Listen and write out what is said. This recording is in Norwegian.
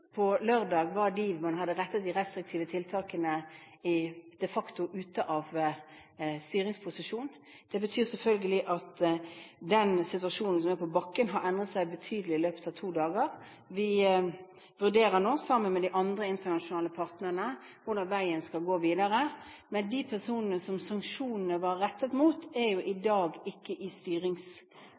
På lørdag var de man hadde rettet de restriktive tiltakene mot, de facto ute av styringsposisjon. Det betyr selvfølgelig at den situasjonen som er på bakken, har endret seg betydelig i løpet av to dager. Vi vurderer nå sammen med de andre internasjonale partnerne hvordan veien skal gå videre. Men de personene som sanksjonene var rettet mot, er i dag ikke i